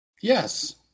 Yes